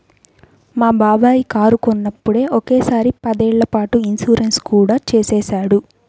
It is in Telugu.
మా బాబాయి కారు కొన్నప్పుడే ఒకే సారిగా పదేళ్ళ పాటు ఇన్సూరెన్సు కూడా చేసేశాడు